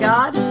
God